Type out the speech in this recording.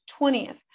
20th